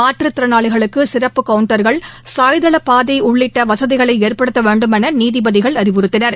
மாற்றுத் திறளாளிகளுக்குசிறப்பு கவுன்டர்கள் சாய்தளபாதை உள்ளிட்டவசதிகளைஏற்படுத்தவேண்டும் எனநீதிபதிகள் அறிவுறுத்தினர்